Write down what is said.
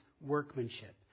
workmanship